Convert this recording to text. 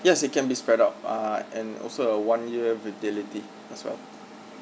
yes it can be spread out uh and also a one year validity as well